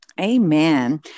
Amen